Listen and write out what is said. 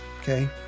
okay